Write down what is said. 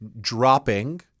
dropping